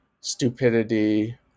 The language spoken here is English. stupidity